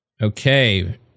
Okay